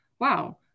wow